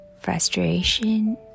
frustration